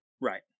right